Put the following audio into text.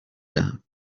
دهم